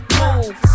move